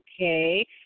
okay